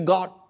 God